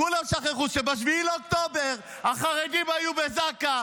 עזוב אופוזיציה,